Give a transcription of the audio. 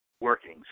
workings